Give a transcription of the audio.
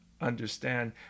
understand